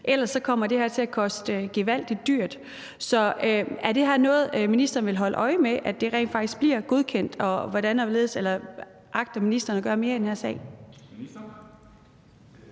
ellers kommer det her til at blive gevaldig dyrt. Så er det her noget, ministeren vil holde øje med rent faktisk bliver godkendt, eller hvordan og hvorledes? Eller hvad agter ministeren at gøre mere i den her sag?